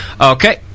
Okay